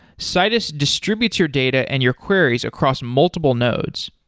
citus distributes your data and your queries across multiple nodes.